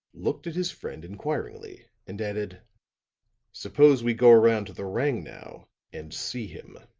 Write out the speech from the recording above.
looked at his friend inquiringly, and added suppose we go around to the rangnow and see him?